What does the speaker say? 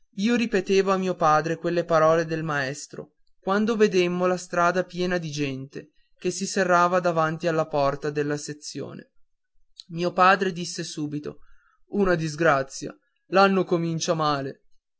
io ripetevo a mio padre quelle parole del maestro quando vedemmo la strada piena di gente che si serrava davanti alla porta della sezione mio padre disse subito una disgrazia l'anno comincia male